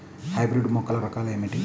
Hybrid మొక్కల రకాలు ఏమిటి?